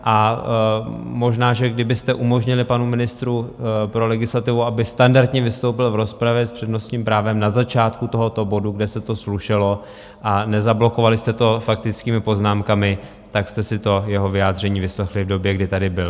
A možná, že kdybyste umožnili panu ministru pro legislativu, aby standardně vystoupil v rozpravě s přednostním právem na začátku tohoto bodu, kde se to slušelo, a nezablokovali jste to faktickými poznámkami, tak jste si to jeho vyjádření vyslechli v době, kdy tady byl.